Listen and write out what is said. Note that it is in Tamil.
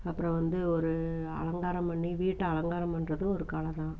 அப்புறம் வந்து ஒரு அலங்காரம் பண்ணி வீட்டை அலங்காரம் பண்ணுறது ஒரு கலைதான்